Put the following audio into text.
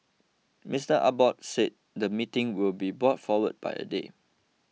Mister Abbott said the meeting would be brought forward by a day